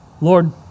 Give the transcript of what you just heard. Lord